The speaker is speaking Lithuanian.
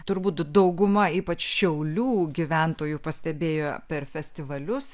turbūt dauguma ypač šiaulių gyventojų pastebėjo per festivalius